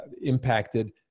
impacted